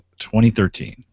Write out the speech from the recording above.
2013